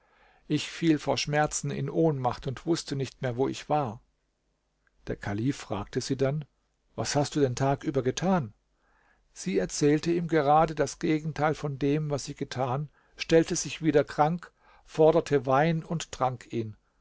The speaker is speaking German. ich fiel vor schmerzen in ohnmacht und wußte nicht mehr wo ich war der kalif fragte sie dann was hast du den tag über getan sie erzählte ihm gerade das gegenteil von dem was sie getan stellte sich wieder krank forderte wein und trank ihn